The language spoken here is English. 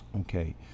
Okay